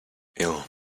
ill